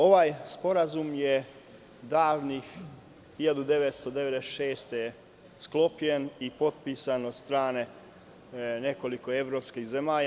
Ovaj sporazum je davne 1996. godine sklopljen i potpisan od strane nekoliko evropskih zemalja.